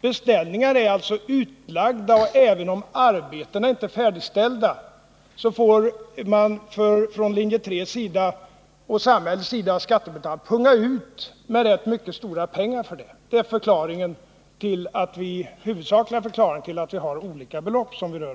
Beställningar är alltså utlagda, och även om arbetena inte är färdigställda får samhället och skattebetalarna vid ett genomförande av linje 3 punga ut med rätt stora pengar. Det är den huvudsakliga förklaringen till att vi anger olika belopp. Det väsentliga är